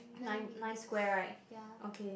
nine nine square right okay